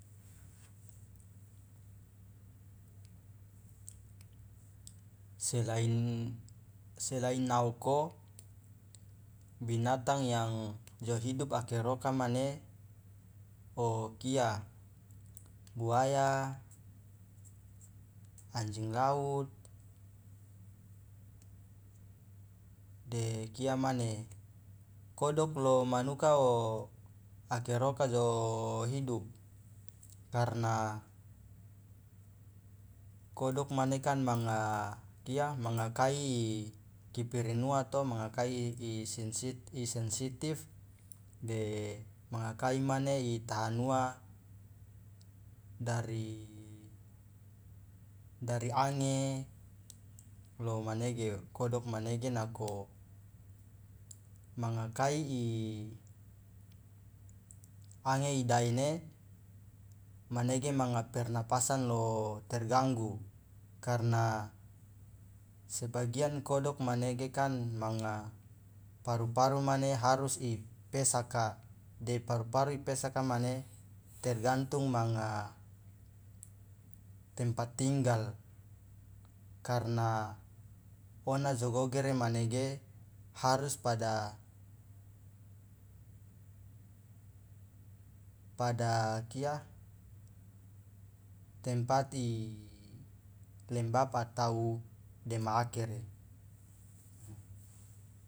Selain selain naoko binatang yang jo hidup akeroka mane okia o buaya anjing laut de kia mane kodok lo manuka o akeroka jo hidup karna kodong mane kan manga kia manga kai i kipirinuwa to manga kai isensitif de manga kai mane itahanuwa dari dari ange lo manege kodong manege nako manga kai i ange idaene manege manga pernapasan lo terganggu karna sebagian kodok manege kan manga paru paru mane harus ipesaka de paru paru ipesaka mane tergantung manga tempat tinggal karna ona jogogere manege harus pada pada kia tempat ilembab atau dema akere.